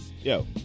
Yo